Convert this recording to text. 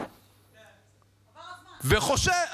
וחושב,